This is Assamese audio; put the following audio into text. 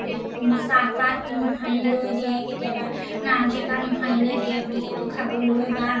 চাহপাত মোহাৰি লৈ দিয়ে কেতিয়াবা নাৰ্জীপাত মোহাৰি লৈ দিয়ে বিষটো খাবলৈ বা